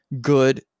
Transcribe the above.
good